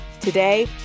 Today